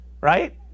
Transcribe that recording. Right